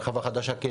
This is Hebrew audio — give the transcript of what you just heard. הרחבה חדשה של,